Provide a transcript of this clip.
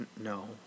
No